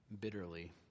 bitterly